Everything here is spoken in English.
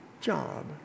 job